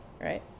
right